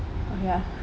oh ya